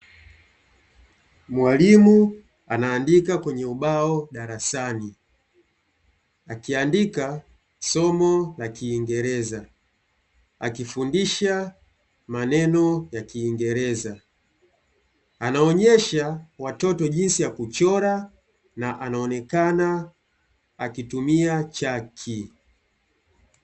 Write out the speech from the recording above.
Mwalimu anaandika kwenye ubao darasani akiandika somo la kiingereza akifundisha maneno ya kiingereza anaonyesha watoto jinsi ya kuchora na anaonekana akitumia chaki.